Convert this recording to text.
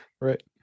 Right